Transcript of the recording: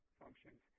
functions